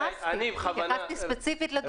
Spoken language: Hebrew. התייחסתי ספציפית לדוגמה הזו.